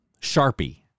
Sharpie